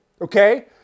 okay